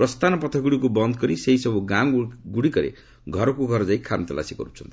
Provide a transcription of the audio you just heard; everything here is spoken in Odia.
ପ୍ରସ୍ଥାନ ପଥଗୁଡ଼ିକୁ ବନ୍ଦ କରି ସେହିସବୁ ଗାଁଗୁଡ଼ିକରେ ଘରକୁ ଘର ଯାଇ ଖାନ୍ତଲାସୀ କରୁଛନ୍ତି